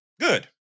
Good